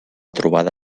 trobada